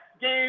game